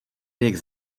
jejich